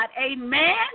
Amen